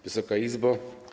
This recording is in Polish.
Wysoka Izbo!